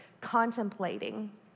contemplating